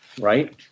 Right